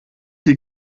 die